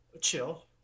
chill